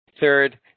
third